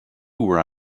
were